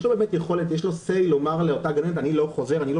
יש לו באמת יכולת לומר לאותה גננת שהוא לא משלם?